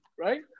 Right